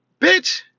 bitch